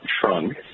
trunk